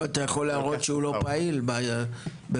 אתה יכול להראות שהוא לא פעיל בפעילות המיסים.